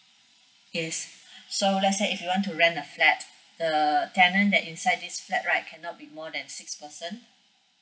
yes so let's say if you want to rent a flat the tenant that inside this flat right cannot be more than six person